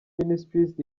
ministries